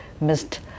missed